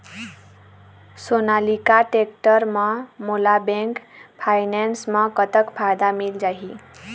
Sonalika tractor म मोला bank finance म कतक फायदा मिल जाही?